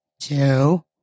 two